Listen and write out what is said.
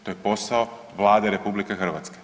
To je posao Vlade RH.